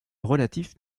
relatif